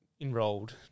enrolled